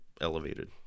elevated